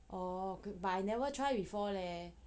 oh but I never try before leh